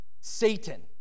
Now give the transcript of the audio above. satan